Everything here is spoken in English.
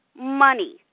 money